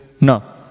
No